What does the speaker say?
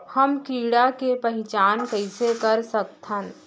हम कीड़ा के पहिचान कईसे कर सकथन